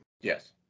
Yes